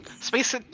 Space